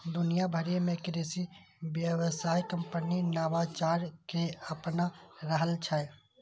दुनिया भरि मे कृषि व्यवसाय कंपनी नवाचार कें अपना रहल छै